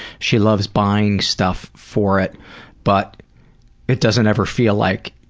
she loves buying stuff for it but it doesn't ever feel like